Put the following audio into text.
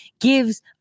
gives